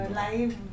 live